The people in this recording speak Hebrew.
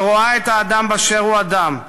שרואה את האדם באשר הוא אדם,